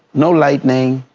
no lightening,